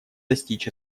достичь